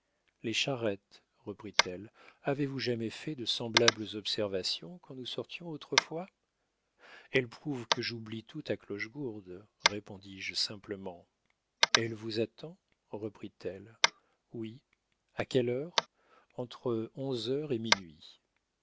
les charrettes reprit-elle avez-vous jamais fait de semblables observations quand nous sortions autrefois elles prouvent que j'oublie tout à clochegourde répondis-je simplement elle vous attend reprit-elle oui a quelle heure entre onze heures et minuit